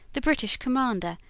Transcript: the british commander,